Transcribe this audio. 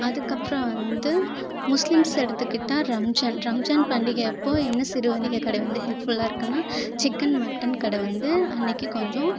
அதுக்கு அப்புறம் வந்து முஸ்லிம்ஸ் எடுத்துக்கிட்டா ரம்ஜான் ரம்ஜான் பண்டிகை அப்போது என்ன சிறு வணிக கடை வந்து ஹெல்ப்ஃபுல்லாக இருக்குதுன்னா சிக்கன் மட்டன் கடை வந்து அன்னைக்கு கொஞ்ச